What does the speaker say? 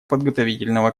подготовительного